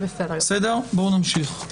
בואו נמשיך.